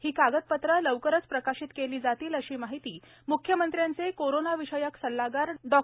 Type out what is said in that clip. ही कागदपत्रे लवकरच प्रकाशित केली जातील अशी माहिती मुख्यमंत्र्यांचे कोरोनाविषयक सल्लागार डॉ